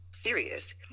serious